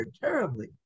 terribly